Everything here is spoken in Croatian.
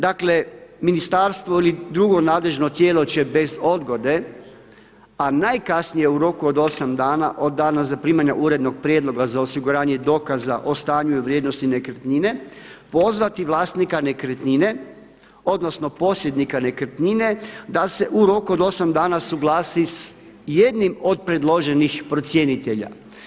Dakle, ministarstvo ili drugo nadležno tijelo će bez odgode a najkasnije u roku od 8 dana od dana zaprimanja urednog prijedloga za osiguranje dokaza o stanju i vrijednosti nekretnine pozvati vlasnika nekretnine, odnosno posjednika nekretnine da se u roku od 8 dana suglasi sa jednim od predloženih procjenitelja.